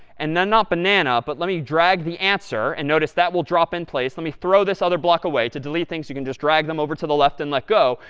and then not banana, but let me drag the answer and notice that will drop in place. let me throw this other block away. to delete things, you can just drag them over to the left and let go.